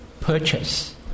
purchase